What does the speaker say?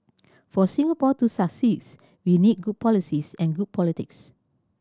for Singapore to succeeds we need good policies and good politics